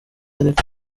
ariko